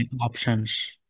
options